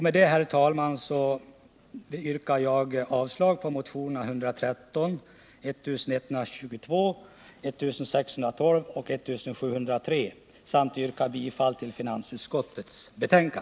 Med detta, herr talman, yrkar jag avslag på motionerna 1113, 1122, 1612 och 1703 samt bifall till finansutskottets hemställan.